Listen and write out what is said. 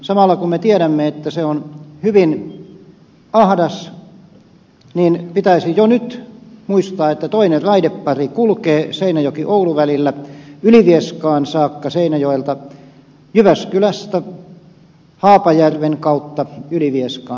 samalla kun me tiedämme että se on hyvin ahdas pitäisi jo nyt muistaa että toinen raidepari kulkee seinäjokioulu välillä ylivieskaan saakka seinäjoelta jyväskylästä haapajärven kautta ylivieskaan